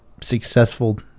successful